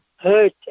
hurt